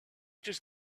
just